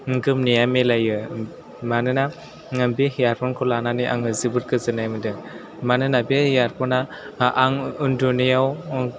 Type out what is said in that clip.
गोमनाया मिलायो मानोना बे हेयारफनखौ लानानै आङो जोबोद गोजोननाय मोन्दों मानोना बे इयारफनआ आं उन्दुनायाव